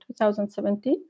2017